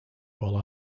while